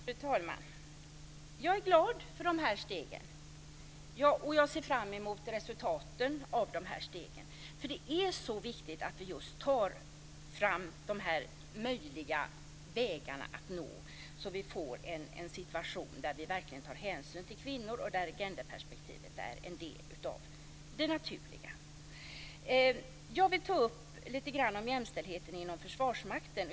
Fru talman! Jag är glad för de här stegen, och jag ser fram emot resultaten av dem, för det är så viktigt att vi tar fram de här möjliga vägarna att gå, så att vi får en situation där vi verkligen tar hänsyn till kvinnor och där genderperspektivet är en naturlig del. Jag vill ta upp lite grann om jämställdheten inom Försvarsmakten.